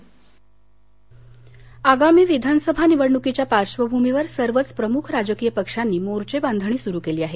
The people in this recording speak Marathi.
यात्रा आगामी विधानसभा निवडणुकीच्या पार्वभूमीवर सर्वच प्रमुख राजकीय पक्षांनी मोर्चेबांधणी सुरू केली आहे